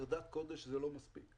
חרדת קודש זה לא מספיק.